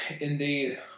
Indeed